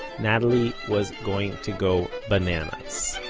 natalie was going to go bananas